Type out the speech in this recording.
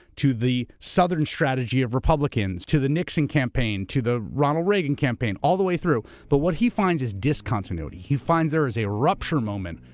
to the southern strategy of republicans, to the nixon campaign, to the ronald reagan campaign, all the way through. but what he finds is discontinuity. he finds there is a rupture moment,